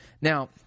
Now